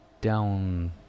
down